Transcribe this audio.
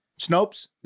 Snopes